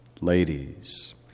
ladies